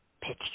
pitch